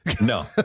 No